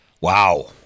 Wow